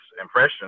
impression